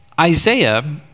Isaiah